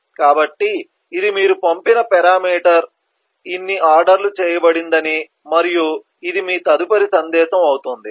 కాబట్టి ఇది మీరు పంపిన పరామీటర్ ఇన్ని ఆర్డర్ లు చేయబడిందని మరియు ఇది మీ తదుపరి సందేశం అవుతుంది